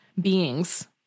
beings